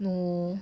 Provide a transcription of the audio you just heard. no